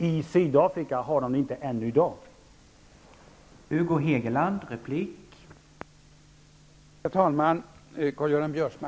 I Sydafrika har de det ännu inte i dag.